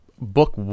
Book